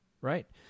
Right